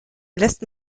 lässt